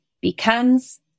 becomes